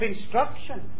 instruction